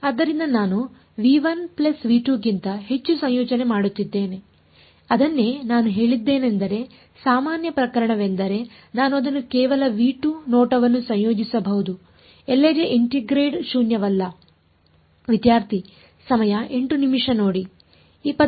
ಆದ್ದರಿಂದ ನಾನು ಗಿಂತ ಹೆಚ್ಚು ಸಂಯೋಜನೆ ಮಾಡುತ್ತಿದ್ದೇನೆ ಅದನ್ನೇ ನಾನು ಹೇಳಿದ್ದೇನೆಂದರೆ ಸಾಮಾನ್ಯ ಪ್ರಕರಣವೆಂದರೆ ನಾನು ಅದನ್ನು ಕೇವಲ ನೋಟವನ್ನು ಸಂಯೋಜಿಸಬಹುದು ಎಲ್ಲೆಡೆ ಇಂಟಿಗ್ರೇಂಡ್ ಶೂನ್ಯವಲ್ಲ